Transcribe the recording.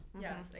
Yes